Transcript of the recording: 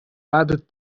added